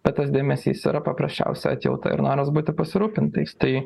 bet tas dėmesys yra paprasčiausia atjauta ir noras būti pasirūpintais tai